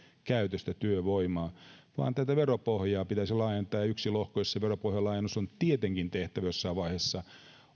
käytöstä työvoimaa vaan tätä veropohjaa pitäisi laajentaa ja yksi lohko jossa veropohjan laajennus on tietenkin tehtävä jossain vaiheessa